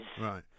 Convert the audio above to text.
Right